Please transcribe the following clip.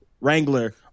wrangler